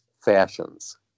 fashions